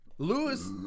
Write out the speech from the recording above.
Lewis